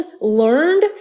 learned